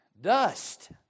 dust